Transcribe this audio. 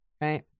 Right